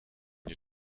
you